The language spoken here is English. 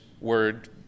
word